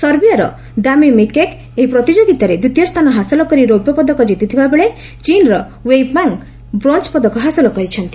ସର୍ବିଆର ଦାମି ମିକେକ୍ ଏହି ପ୍ରତିଯୋଗିତାରେ ଦ୍ୱିତୀୟ ସ୍ଥାନ ହାସଲ କରି ରେପ୍ୟ ପଦକ ଯିତିଥିବା ବେଳେ ଚୀନର ୱିଇ ପାଙ୍ଗ୍ ବ୍ରୋଞ୍ଜ ପଦକ ହାସଲ କରିଛନ୍ତି